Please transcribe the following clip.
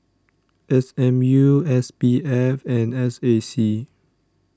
S M U S P F and S A C